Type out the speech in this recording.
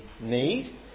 need